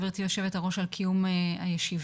גבירתי יושבת-הראש על קיום הישיבה.